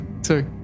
sorry